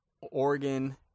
Oregon